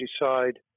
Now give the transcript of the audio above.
decide